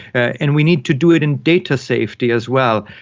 and we need to do it in data safety as well.